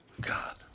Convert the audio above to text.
God